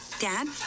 Dad